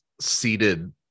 seated